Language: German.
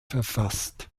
verfasst